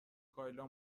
کایلا